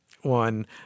one